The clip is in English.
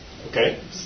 Okay